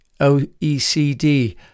OECD